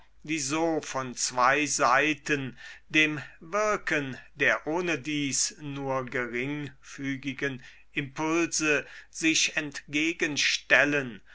so von zwei seiten dem wirken der ohnedies nur geringfügigen impulse sich entgegenstellen